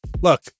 Look